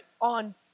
on